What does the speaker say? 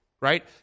right